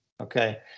Okay